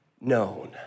known